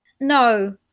No